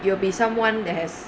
it will be someone that has